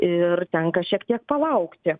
ir tenka šiek tiek palaukti